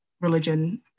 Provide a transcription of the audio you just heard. religion